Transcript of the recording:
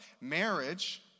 Marriage